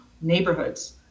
neighborhoods